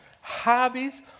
hobbies